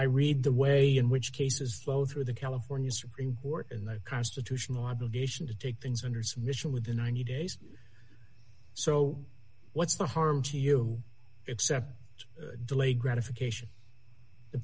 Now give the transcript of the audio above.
i read the way in which case is low through the california supreme court in the constitutional obligation to take things under submission within ninety days so what's the harm to you except delay gratification the